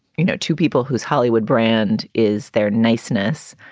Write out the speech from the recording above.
you know, to people whose hollywood brand is their niceness,